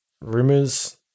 rumors